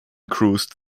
cruised